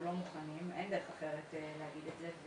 לא מוכנים ואין דרך אחרת לומר את זה.